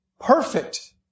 perfect